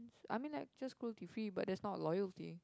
I mean like just cruelty free but that's not loyalty